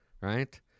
right